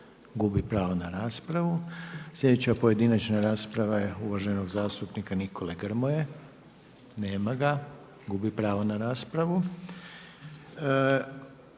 Gubi pravo na raspravu. Slijedeća pojedinačna rasprava je uvaženog zastupnika Nikole Grmoje, nema ga, gubi pravo na raspravu.